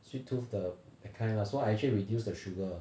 sweet tooth the that kind lah so I actually reduced the sugar